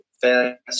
fast